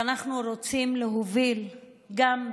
זה שאנחנו רוצים להוביל גם,